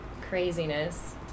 Craziness